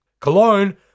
Cologne